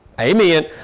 Amen